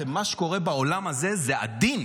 מה שקורה באולם הזה זה עדין.